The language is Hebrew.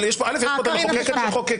אבל ראשית יש פה את המחוקקת שחוקקה.